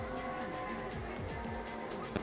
লকের জ্যনহ ছরকারি চাকরির পরে ছরকার যে ফাল্ড দ্যায়